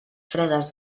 fredes